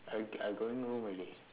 I I going home early